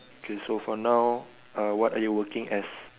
okay so for now uh what are you working as